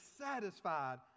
satisfied